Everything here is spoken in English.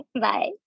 Bye